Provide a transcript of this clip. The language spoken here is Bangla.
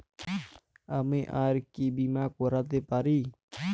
আমি আর কি বীমা করাতে পারি?